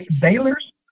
Baylor's